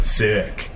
sick